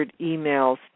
emails